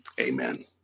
amen